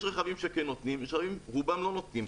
יש רכבים שכן נותנים, רובם לא נותנים.